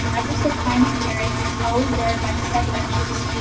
ever so kind and caring, was always there by said benches,